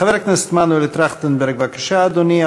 חבר הכנסת עמנואל טרכנטנברג, בבקשה, אדוני.